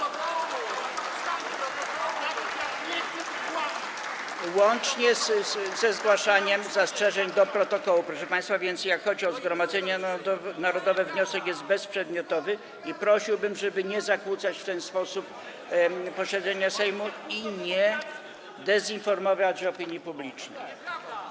Odnosi się to także do zgłaszania zastrzeżeń do protokołu, proszę państwa, więc jeśli chodzi o Zgromadzenie Narodowe, wniosek jest bezprzedmiotowy i prosiłbym, żeby nie zakłócać w ten sposób posiedzenia Sejmu i nie dezinformować opinii publicznej.